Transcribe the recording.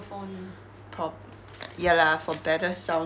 prob ya lah for better sound quality lah